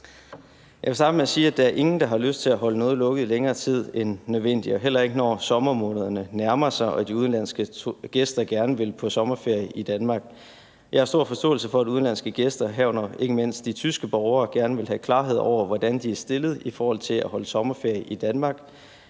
Jeg vil starte med at sige, at der ikke er nogen, der har lyst til at holde noget lukket i længere tid end nødvendigt, og heller ikke, når sommermånederne nærmer sig og de udenlandske gæster gerne vil på sommerferie i Danmark. Jeg har stor forståelse for, at udenlandske gæster, herunder ikke mindst de tyske borgere, gerne vil have klarhed over, hvordan de er stillet i forhold til at holde sommerferie i Danmark.